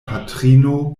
patrino